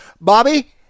Bobby